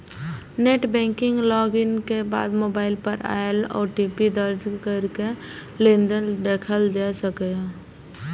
net banking log in के बाद mobile पर आयल ओ.टी.पी दर्ज कैरके लेनदेन देखल जा सकैए